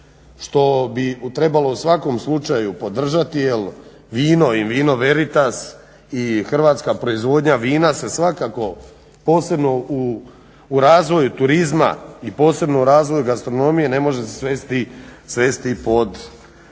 što bi trebalo u svakom slučaju podržati jer vino in vino veritas i hrvatska proizvodnja vina se svakako, posebno u razvoju turizma i posebno u razvoju gastronomije ne može svesti pod sam